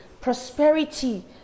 prosperity